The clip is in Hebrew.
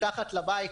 מתחת לבית,